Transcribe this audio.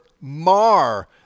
mar